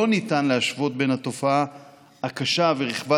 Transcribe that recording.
לא ניתן להשוות בין התופעה הקשה ורחבת